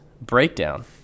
breakdown